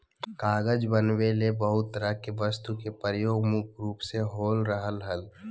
कागज बनावे ले बहुत तरह के वस्तु के प्रयोग मुख्य रूप से हो रहल हल